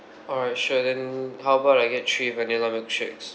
alright sure then how about I get three vanilla milkshakes